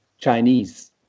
Chinese